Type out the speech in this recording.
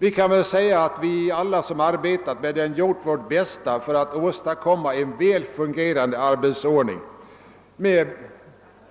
Vi kan väl säga att vi alla som arbetat med det har gjort vårt bästa för att åstadkomma en väl fungerande arbetsordning med